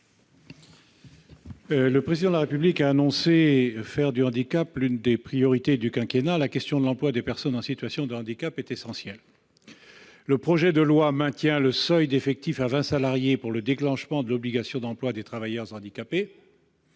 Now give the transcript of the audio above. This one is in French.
Le Président de la République a annoncé son intention de faire du handicap l'une des priorités du quinquennat, et la question de l'emploi des personnes en situation du handicap est bel et bien essentielle. Le présent projet de loi maintient le seuil d'effectif à 20 salariés pour le déclenchement de l'obligation d'emploi des travailleurs handicapés,